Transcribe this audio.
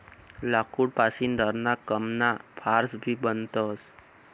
लाकूड पासीन घरणा कामना फार्स भी बनवतस